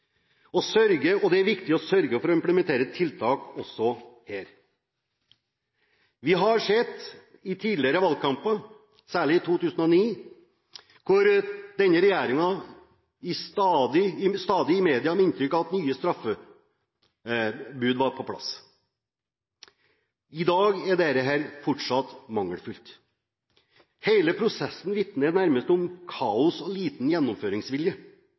å sørge for å implementere tiltak også her. Vi har sett i tidligere valgkamper, særlig i 2009, at denne regjeringen i media stadig har gitt inntrykk av at nye straffebud var på plass. I dag er dette fortsatt mangelfullt. Hele prosessen vitner nærmest om kaos og liten gjennomføringsvilje